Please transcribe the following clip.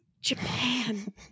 Japan